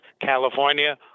California